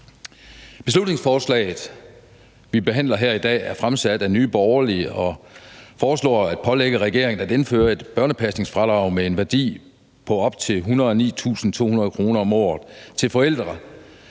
Beslutningsforslaget, vi behandler her i dag, er fremsat af Nye Borgerlige, og de foreslår at pålægge regeringen at indføre et børnepasningsfradrag med en værdi på op til 109.200 kr. om året til forældre,